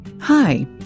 Hi